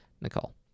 Nicole